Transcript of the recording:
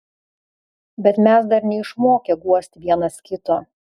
bet mes dar neišmokę guosti vienas kito